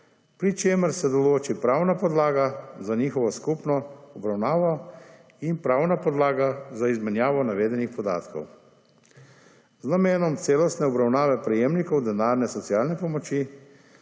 pri čemer se določi pravna podlaga za njihovo skupno obravnavo in pravna podlaga za izmenjavo navedenih podatkov. Z namenom celostne obravnave prejemnikov denarne socialne pomoči